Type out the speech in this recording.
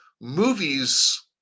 movies